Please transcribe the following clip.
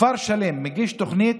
כפר שלם מגיש תוכנית,